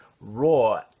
raw